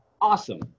Awesome